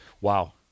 Wow